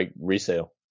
resale